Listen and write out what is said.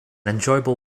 enjoyable